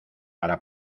para